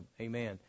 Amen